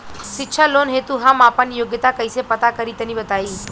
शिक्षा लोन हेतु हम आपन योग्यता कइसे पता करि तनि बताई?